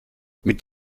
mit